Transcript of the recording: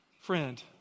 Friend